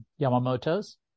Yamamoto's